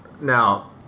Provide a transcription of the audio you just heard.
Now